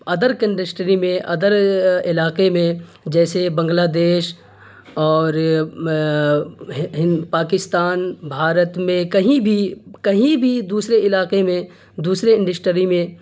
other industry میں ادر علاقے میں جیسے بنگلہدیش اور ہند پاکستان بھارت میں کہیں بھی کہیں بھی دوسرے علاقے میں دوسرے انڈسٹری میں